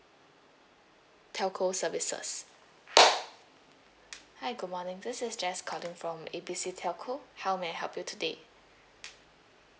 telco services hi good morning this is jess calling from A B C telco how may I help you today